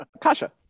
Kasha